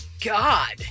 God